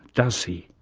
does he?